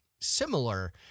similar